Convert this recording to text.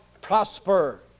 prosper